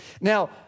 Now